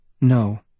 No